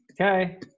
Okay